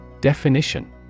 Definition